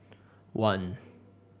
one